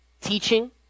teaching